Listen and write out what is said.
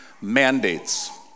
mandates